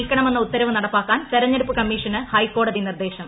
നീക്കണമെന്ന ഉത്തരവ് നടപ്പാക്കാൻ തെരഞ്ഞെടുപ്പ് കമ്മീഷന് ഹൈക്കോടതി നിർദ്ദേശം